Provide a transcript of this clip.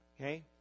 Okay